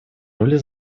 роли